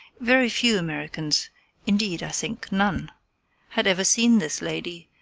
very few americans indeed, i think none had ever seen this lady,